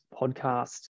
podcast